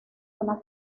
una